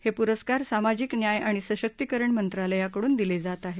हे पुरस्कार सामाजिक न्याय आणि सशक्तीकरण मंत्रालयाकडून दिले जात आहेत